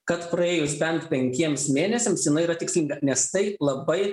kad praėjus bent penkiems mėnesiams jinai yra tikslinga nes tai labai